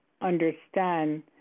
understand